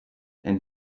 and